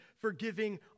forgiving